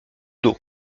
d’eau